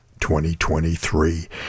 2023